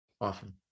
often